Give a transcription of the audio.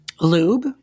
lube